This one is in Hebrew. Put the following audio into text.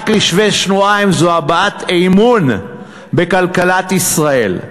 זו הבעת אמון בכלכלת ישראל.